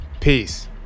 peace